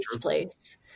place